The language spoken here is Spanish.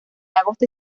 agosto